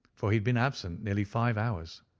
for he had been absent nearly five hours.